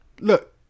look